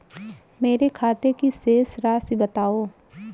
मेरे खाते की शेष राशि बताओ?